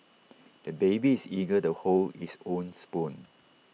the baby is eager to hold his own spoon